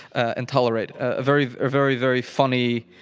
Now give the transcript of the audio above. and tolerate. ah very, very very funny,